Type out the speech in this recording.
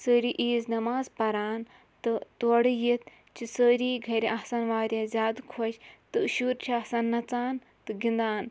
سٲری عیٖذ نیٚماز پَران تہٕ تورٕ یِتھ چھِ سٲری گَھرِ آسان واریاہ زیادٕ خۄش تہٕ شُرۍ چھِ آسان نَژان تہٕ گِنٛدان